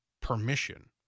permission